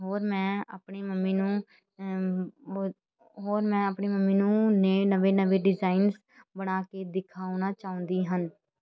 ਹੋਰ ਮੈਂ ਆਪਣੀ ਮੰਮੀ ਨੂੰ ਹੋਰ ਮੈਂ ਆਪਣੀ ਮੰਮੀ ਨੂੰ ਨੇ ਨਵੇਂ ਨਵੇਂ ਡਿਜ਼ਾਈਨਸ ਬਣਾ ਕੇ ਦਿਖਾਉਣਾ ਚਾਹੁੰਦੀ ਹਨ